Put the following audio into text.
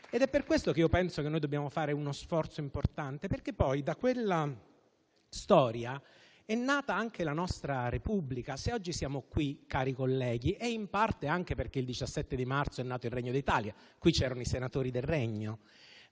È per questo che penso che dobbiamo fare uno sforzo importante, perché poi, da quella storia, è nata anche la nostra Repubblica. Se oggi siamo qui, cari colleghi, è in parte anche perché il 17 marzo è nato il Regno d'Italia. In quest'Aula sedevano i senatori del Regno,